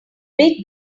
big